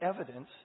evidence